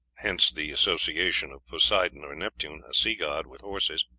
hence the association of poseidon or neptune, a sea-god, with horses